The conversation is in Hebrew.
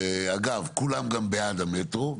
ואגב כולם גם בעד המטרו,